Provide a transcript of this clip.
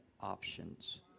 options